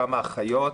כמה אחיות,